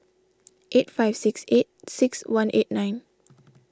eight five six eight six one eight nine